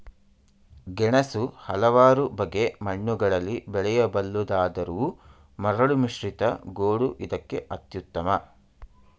ಗೆಣಸು ಹಲವಾರು ಬಗೆ ಮಣ್ಣುಗಳಲ್ಲಿ ಬೆಳೆಯಬಲ್ಲುದಾದರೂ ಮರಳುಮಿಶ್ರಿತ ಗೋಡು ಇದಕ್ಕೆ ಅತ್ಯುತ್ತಮ